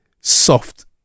soft